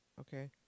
okay